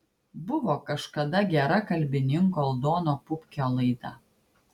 buvo kažkada gera kalbininko aldono pupkio laida